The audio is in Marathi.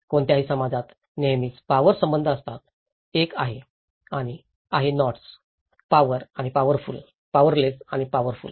कोणत्याही समाजात नेहमीच पावर संबंध असतात एक आहे आणि आहे नॉट्स पावर आणि पावरफुल पावरलेस आणि पावरफुल